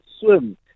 swim